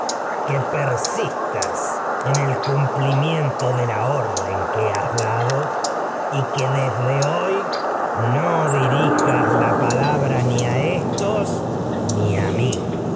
que persistas el cumplimiento de que a has dado a y que desde hoy no dirijas ser la palabra ni que éstos ni mi